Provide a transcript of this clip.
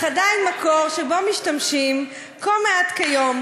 אך עדיין מקור שבו משתמשים כה מעט כיום,